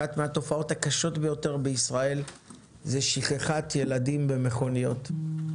אחת מהתופעות הקשות ביותר בישראל היא שכחת ילדים במכוניות.